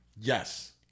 Yes